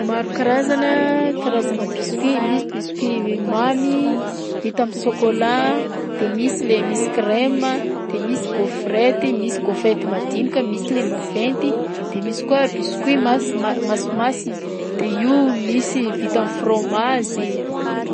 Maro karazana karazana biscuits misy biscuits mamy vita amin'ny sôkôla, de misy le misy krema; de misy gaufrette: misy gofrette madinika, misy le maventy. De misy koa biscuits mas- ma- masimasina de io misy vita am'frômazy.